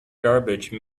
garbage